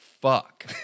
fuck